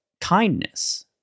kindness